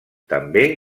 també